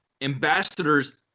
ambassadors